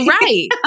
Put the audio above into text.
Right